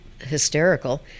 hysterical